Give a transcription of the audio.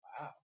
Wow